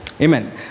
amen